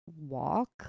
walk